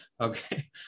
Okay